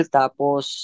tapos